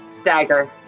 Dagger